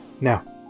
Now